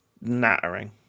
nattering